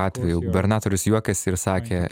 atveju gubernatorius juokėsi ir sakė